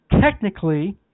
Technically